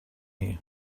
you